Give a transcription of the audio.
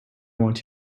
want